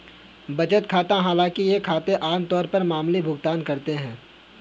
बचत खाता हालांकि ये खाते आम तौर पर मामूली भुगतान करते है